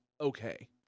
okay